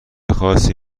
خاصی